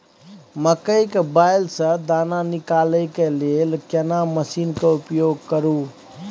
मकई के बाईल स दाना निकालय के लेल केना मसीन के उपयोग करू?